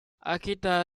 akita